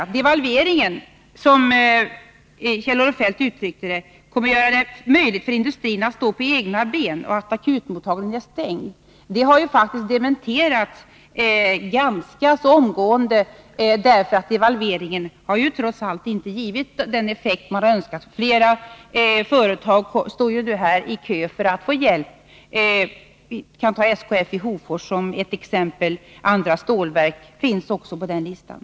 Att devalveringen, som Kjell-Olof Feldt uttryckte det, kommer att göra det möjligt för industrin att stå på egna ben och att stänga akutmottagningen är ett påstående som faktiskt har dementerats ganska så omgående. Devalveringen har ju trots allt inte gett den effekt man önskat. Flera företag står i kö för att få hjälp, exempelvis SKF i Hofors. Andra stålverk finns också på den listan.